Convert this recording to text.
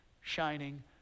shining